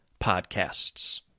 podcasts